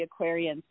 Aquarians